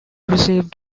received